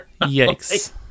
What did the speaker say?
yikes